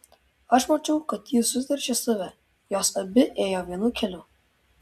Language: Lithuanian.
aš mačiau kad ji suteršė save jos abi ėjo vienu keliu